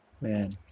Man